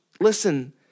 listen